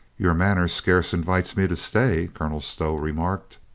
your manner scarce invites me to stay, colonel stow remarked.